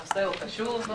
נעולה.